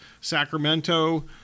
Sacramento